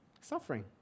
Suffering